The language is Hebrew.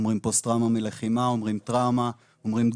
אומרים פוסט טראומה מלחימה,